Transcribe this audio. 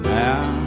now